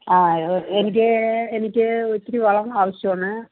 ആ എനിക്ക് എനിക്ക് ഇത്തിരി വളം ആവശ്യമാണ്